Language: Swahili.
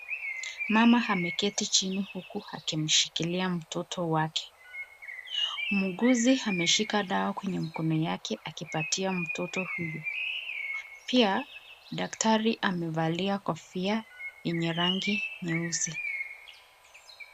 Mama ameketi chini huku akimshikilia mtoto wake. Muuguzi ameshika dawa kwenye mkono wake akimpatia mtoto huyu. Pia daktari amevalia kofia yenye rangi nyeusi.